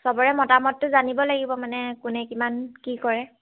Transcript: চবৰে মতামতটো জানিব লাগিব মানে কোনে কিমান কি কৰে